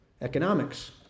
economics